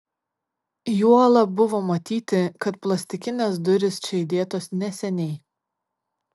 juolab buvo matyti kad plastikinės durys čia įdėtos neseniai